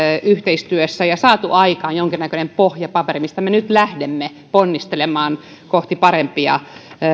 yhteistyössä ja saatu aikaan jonkinnäköinen pohjapaperi mistä me nyt lähdemme ponnistelemaan kohti parempia